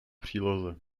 příloze